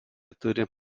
turi